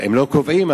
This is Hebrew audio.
לא קובעים,